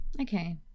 okay